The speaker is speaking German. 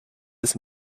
des